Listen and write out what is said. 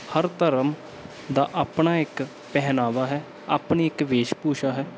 ਹਰ ਧਰਮ ਦਾ ਆਪਣਾ ਇੱਕ ਪਹਿਰਾਵਾ ਹੈ ਆਪਣੀ ਇਕ ਵੇਸ਼ਭੂਸ਼ਾ ਹੈ